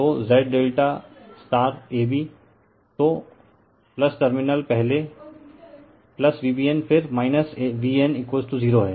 तो Z ∆IAB तो terminal पहले Vbn फिर Van 0 हैं